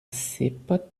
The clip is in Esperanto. sepa